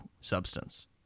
substance